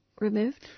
removed